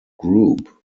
group